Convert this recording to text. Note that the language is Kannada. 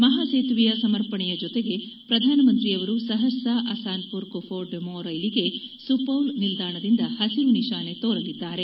ಮಹಾ ಸೇತುವೆಯ ಸಮರ್ಪಣೆಯ ಜೊತೆಗೆ ಪ್ರಧಾನ ಮಂತ್ರಿಯವರು ಸಹರ್ಸಾ ಅಸಾನ್ಪುರ್ ಕುಫಾ ಡೆಮೊ ರೈಲಿಗೆ ಸುಪೌಲ್ ನಿಲ್ದಾಣದಿಂದ ಹಸಿರು ನಿಶಾನೆ ತೋರಲಿದ್ದಾರೆ